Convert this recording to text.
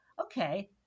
okay